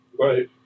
Right